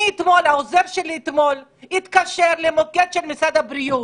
העוזר שלי התקשר אתמול למוקד של משרד הבריאות